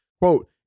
Quote